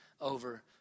over